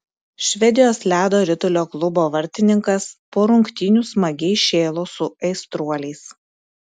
švedijos ledo ritulio klubo vartininkas po rungtynių smagiai šėlo su aistruoliais